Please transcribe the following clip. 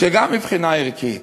שגם מבחינה ערכית,